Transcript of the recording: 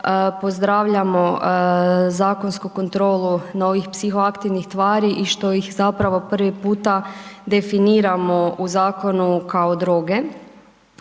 pozdravljamo zakonsku kontrolu novih psihoaktivnih tvari i što ih zapravo prvi puta definiramo u zakonu kao droge.